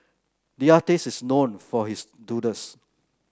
the artist is known for his doodles